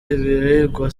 ibihingwa